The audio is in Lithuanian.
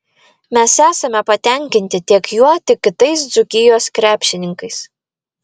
mes esame patenkinti tiek juo tiek kitais dzūkijos krepšininkais